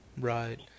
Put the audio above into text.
Right